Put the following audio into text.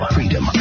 Freedom